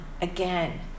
again